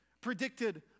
predicted